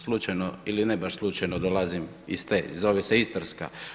Slučajno ili ne baš slučajno dolazim iz te i zove se Istarska.